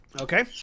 Okay